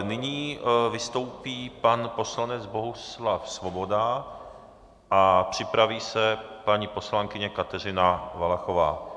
Nyní vystoupí pan poslanec Bohuslav Svoboda a připraví se paní poslankyně Kateřina Valachová.